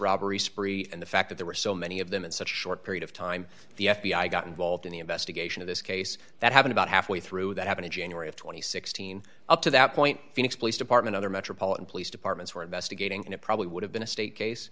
robbery spree and the fact that there were so many of them in such a short period of time the f b i got involved in the investigation of this case that happen about halfway through that happen in january of two thousand and sixteen up to that point phoenix police department other metropolitan police departments were investigating and it probably would have been a state case